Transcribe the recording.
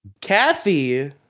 Kathy